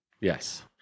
Yes